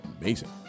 amazing